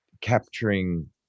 capturing